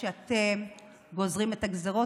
כשאתם גוזרים את הגזרות,